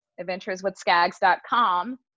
adventureswithskags.com